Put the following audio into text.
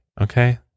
okay